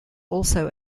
also